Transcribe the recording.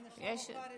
בבקשה.